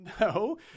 no